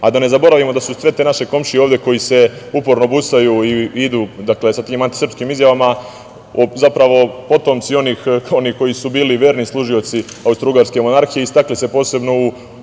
a da ne zaboravimo da su sve te naše komšije, koji se uporno busaju i idu sa tim antisrpskim izjavama, zapravo potomci onih koji su bili verni služioci austrougarske monarhije, istakli se posebno u